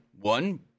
one